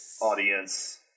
audience